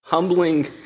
Humbling